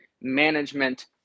management